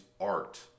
art